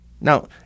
Now